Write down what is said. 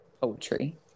poetry